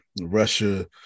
Russia